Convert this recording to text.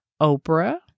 Oprah